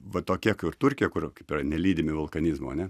va tokie kur turkija kur kaip yra nelydimi vulkanizmo ane